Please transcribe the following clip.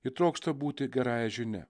ji trokšta būti gerąja žinia